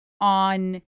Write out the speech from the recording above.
on